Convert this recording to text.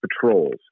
patrols